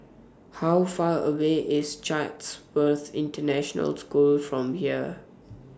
How Far away IS Chatsworth International School from here